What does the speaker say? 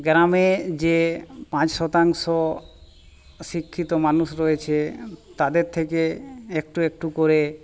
গ্রামে যে পাঁচ শতাংশ শিক্ষিত মানুষ রয়েছে তাদের থেকে একটু একটু করে